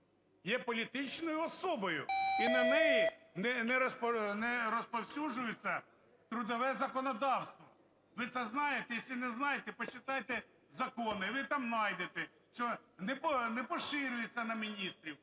є політичною особою, і на неї не розповсюджується трудове законодавство. Ви це знаєте? Если не знаєте, почитайте закони, і ви там найдете, що не поширюється на міністрів.